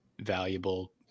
valuable